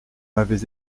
m’avez